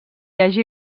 hagi